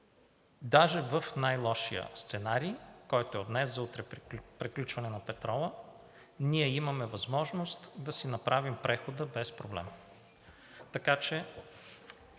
даже в най-лошия сценарий, който е от днес за утре приключване на петрола, ние имаме възможност да си направим прехода без проблем.